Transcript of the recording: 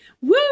woo